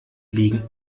liegen